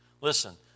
Listen